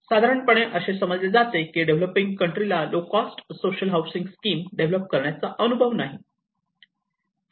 साधारणपणे असे समजले जाते की डेव्हलपिंग कंट्री ला low cost social housing scheme develop करण्याचा अनुभव नाही